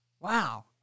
Wow